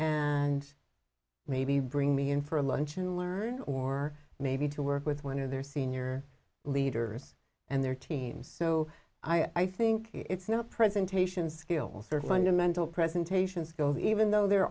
and maybe bring me in for a lunch and learn or maybe to work with one of their senior leaders and their teams so i think it's not presentation skills are fundamental presentations go even though there